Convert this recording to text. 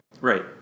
Right